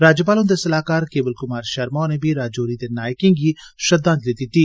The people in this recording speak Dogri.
राज्यपाल हुंदे सलाहकार केवल कुमार शर्मा होरे बी राजौरी दे नायकें गी श्रद्वांजलि दित्ती